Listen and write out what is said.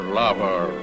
lover